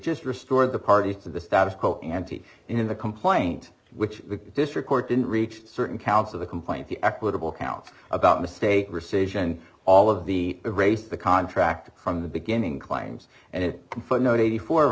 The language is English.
just restored the parties to the status quo ante in the complaint which the district court didn't reach certain counts of the complaint the equitable counts about mistake rescission all of the race the contract from the beginning claims and it footnote eighty four